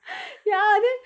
ya then